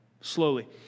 slowly